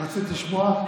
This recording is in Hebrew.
רצית לשמוע?